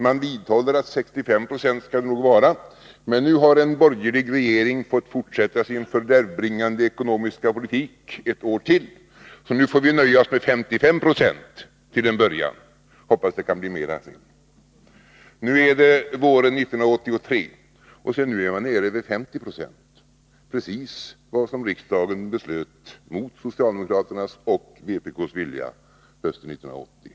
Man vidhåller att nivån nog skall vara 65 96, men säger att ”nu har en borgerlig regering fått fortsätta sin fördärvbringande ekonomiska politik ett år till, så nu får vi nöja oss med 55 96 till en början och hoppas att det kan bli mera sedan”. Nu är det våren 1983, och nu är man nere i 50 90 — precis som riksdagen beslöt mot socialdemokraternas och vpk:s vilja hösten 1980.